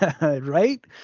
Right